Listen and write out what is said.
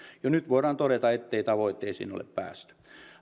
jo nyt voidaan todeta ettei tavoitteisiin ole päästy